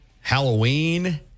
Halloween